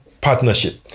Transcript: partnership